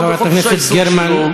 חברת הכנסת גרמן,